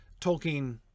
Tolkien